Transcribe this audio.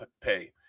pay